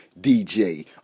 dj